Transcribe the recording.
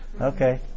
okay